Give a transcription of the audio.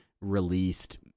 released